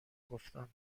گفتم